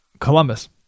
Columbus